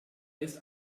ist